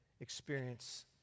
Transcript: experience